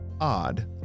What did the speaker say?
odd